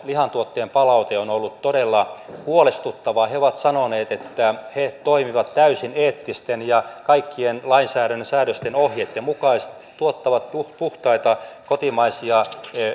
lihantuottajien palaute on ollut todella huolestuttavaa he ovat sanoneet että he toimivat täysin eettisesti ja kaikkien lainsäädännön säädösten ja ohjeitten mukaisesti ja tuottavat puhtaita kotimaisia